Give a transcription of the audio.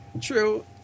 True